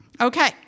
Okay